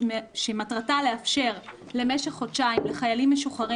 שמטרתה לאפשר למשך חודשיים לחיילים משוחררים